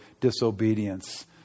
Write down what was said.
disobedience